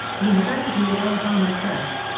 university of alabama press.